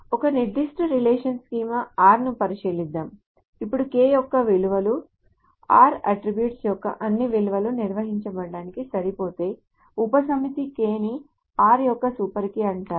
ఒక నిర్దిష్ట relational schema R ను పరిశీలిద్దాం ఇప్పుడు K యొక్క విలువలు R అట్ట్రిబ్యూట్స్ యొక్క అన్ని విలువలను నిర్ణయించడానికి సరిపోతే ఉపసమితి K ని R యొక్క సూపర్ కీ అంటారు